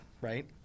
right